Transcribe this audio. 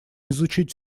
изучить